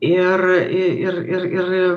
ir ir ir ir